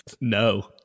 No